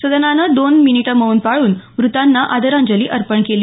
सदनानं दोन मिनिटं मौन पाळून मृतांना आदरांजली अर्पण केली